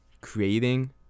creating